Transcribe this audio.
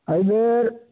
एहि बेर